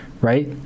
right